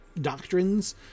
doctrines